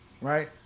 right